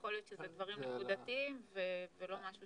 יכול להיות שזה דברים נקודתיים ולא משהו